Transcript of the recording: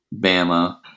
Bama